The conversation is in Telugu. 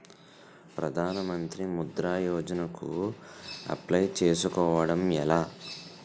ప్రధాన మంత్రి ముద్రా యోజన కు అప్లయ్ చేసుకోవటం ఎలా?